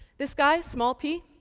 this guy, small p,